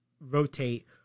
rotate